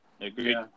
Agreed